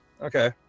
okay